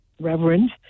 reverend